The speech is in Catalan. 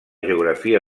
geografia